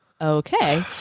okay